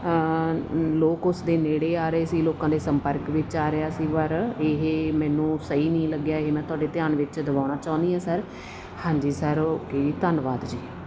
ਲੋਕ ਉਸਦੇ ਨੇੜੇ ਆ ਰਹੇ ਸੀ ਲੋਕਾਂ ਦੇ ਸੰਪਰਕ ਵਿੱਚ ਆ ਰਿਹਾ ਸੀ ਪਰ ਇਹ ਮੈਨੂੰ ਸਹੀ ਨਹੀਂ ਲੱਗਿਆ ਇਹ ਮੈਂ ਤੁਹਾਡੇ ਧਿਆਨ ਵਿੱਚ ਦਵਾਉਣਾ ਚਾਹੁੰਦੀ ਹਾਂ ਸਰ ਹਾਂਜੀ ਸਰ ਓਕੇ ਧੰਨਵਾਦ ਜੀ